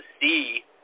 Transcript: see